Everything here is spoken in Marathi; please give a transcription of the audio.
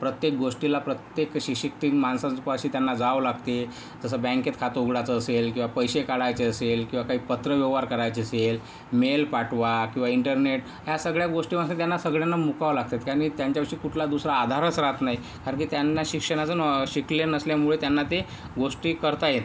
प्रत्येक गोष्टीला प्रत्येक शीशिक्तीन माणसापाशी त्यांना जावं लागते जसं बँकेत खातं उघडाचं असेल किंवा पैसे काढायचे असेल किंवा काही पत्रव्यवहार करायचे असेल मेल पाठवा किंवा इंटरनेट ह्या सगळ्या गोष्टींपासून त्यांना सगळ्यांना मुकावं लागते कारण की त्यांच्यापाशी कुठला दुसरा आधारच राहत नाही कारण की त्यांना शिक्षणातून शिकले नसल्यामुळे त्यांना ते गोष्टी करता येत नाहीत